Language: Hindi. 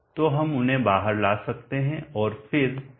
तो हम उन्हें बाहर ला सकते हैं और फिर d dt